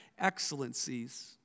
excellencies